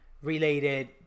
related